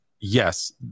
Yes